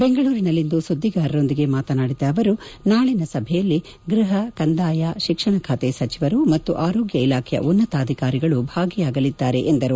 ಬೆಂಗಳೂರಿನಲ್ಲಿಂದು ಸುದ್ದಿಗಾರರೊಂದಿಗೆ ಮಾತನಾಡಿದ ಅವರು ನಾಳಿನ ಸಭೆಯಲ್ಲಿ ಗೃಹ ಕಂದಾಯ ಶಿಕ್ಷಣ ಖಾತೆ ಸಚಿವರು ಮತ್ತು ಆರೋಗ್ಡ ಇಲಾಖೆಯ ಉನ್ನತಾಧಿಕಾರಿಗಳು ಭಾಗಿಯಾಗಲಿದ್ದಾರೆ ಎಂದರು